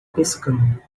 pescando